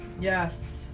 yes